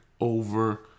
over